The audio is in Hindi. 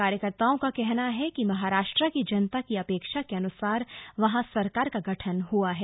कार्यकर्ताओं का कहना है कि महाराष्ट्र की जनता की अपेक्षा के अनुसार वहां सरकार का गठन हुआ है